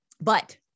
But-